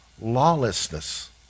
lawlessness